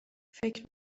فکر